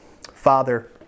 Father